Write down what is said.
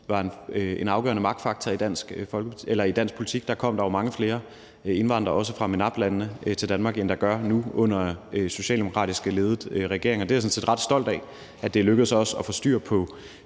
var en afgørende magtfaktor i dansk politik. Der kom der jo mange flere indvandrere, også fra MENAPT-landene, til Danmark, end der gør nu under en socialdemokratisk ledet regering, og det er jeg sådan set ret stolt af, altså at det er lykkedes os at få styr på